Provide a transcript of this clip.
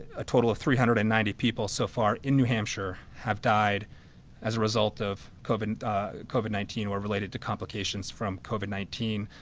a total of three hundred and ninety people so far in new hampshire have died as result of covid covid nineteen or related to complications from covid nineteen.